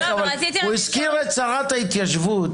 אבל הוא הזכיר את שרת ההתיישבות.